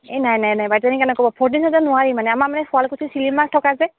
এই নাই নাই নাই বাইদেউ এনেকৈ নক'ব ফৰ্টিন থাউজেণ্ডত নোৱাৰি মানে আমাৰ মানে শুৱালকুছি থকা যে